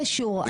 נכון.